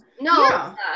No